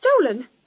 Stolen